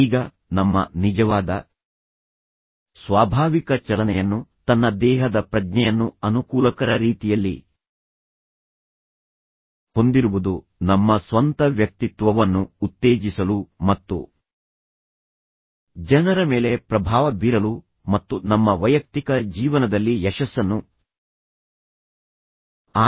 ಈಗ ನಮ್ಮ ನಿಜವಾದ ಸ್ವಾಭಾವಿಕ ಚಲನೆಯನ್ನು ತನ್ನ ದೇಹದ ಪ್ರಜ್ಞೆಯನ್ನು ಅನುಕೂಲಕರ ರೀತಿಯಲ್ಲಿ ಹೊಂದಿರುವುದು ನಮ್ಮ ಸ್ವಂತ ವ್ಯಕ್ತಿತ್ವವನ್ನು ಉತ್ತೇಜಿಸಲು ಮತ್ತು ಜನರ ಮೇಲೆ ಪ್ರಭಾವ ಬೀರಲು ಮತ್ತು ನಮ್ಮ ವೈಯಕ್ತಿಕ ಜೀವನದಲ್ಲಿ ಯಶಸ್ಸನ್ನು ಆನಂದಿಸಲು ಸಹಾಯ ಮಾಡುತ್ತದೆ